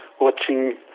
watching